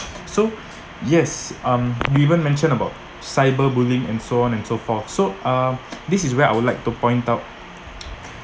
so yes um you even mentioned about cyberbullying and so on and so forth so uh this is where I would like to point out